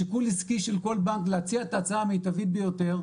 שיקול עיסקי של כל בנק להציע את ההצעה המיטבית ביותר,